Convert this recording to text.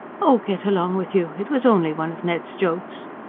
oh, get along with you! it was only one of ned's jokes.